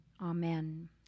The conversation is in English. Amen